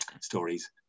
stories